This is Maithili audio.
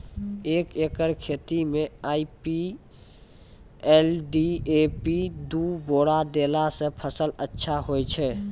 एक एकरऽ खेती मे आई.पी.एल डी.ए.पी दु बोरा देला से फ़सल अच्छा होय छै?